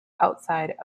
outside